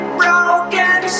broken